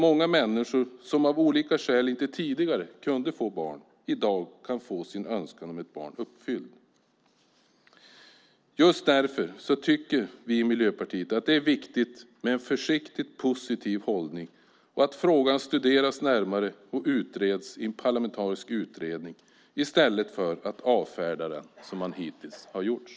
Många människor som av olika skäl tidigare inte kunde få barn kan i dag få sin önskan om ett barn uppfylld. Just därför tycker vi i Miljöpartiet att det är viktigt med en försiktigt positiv hållning och att frågan studeras närmare och utreds i en parlamentarisk utredning i stället för att man avfärdar den som hittills har gjorts.